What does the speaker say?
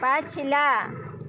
पछिला